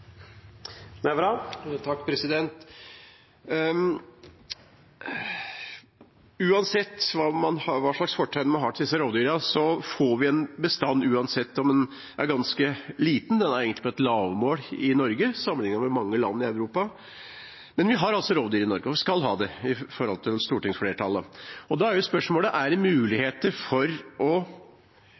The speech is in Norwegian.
Uansett hva slags fortegn man har på disse rovdyrene, får vi en bestand som er ganske liten, den er egentlig på et lavmål i Norge sammenlignet med mange land i Europa. Men vi har altså rovdyr i Norge, og ifølge stortingsflertallet skal vi ha det. Da er spørsmålet: Er det på noen måte mulighet for å utnytte det næringsmessig? Er det mulig å